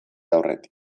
aurretik